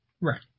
Right